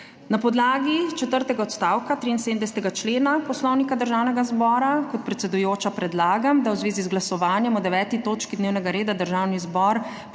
Na podlagi četrtega odstavka 73. člena Poslovnika Državnega zbora kot predsedujoča predlagam, da v zvezi z glasovanjem o 9. točki dnevnega reda Državni zbor